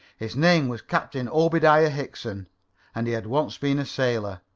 his name was captain obediah hickson and he had once been a sailor,